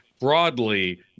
broadly